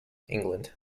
england